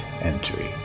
entry